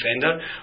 defender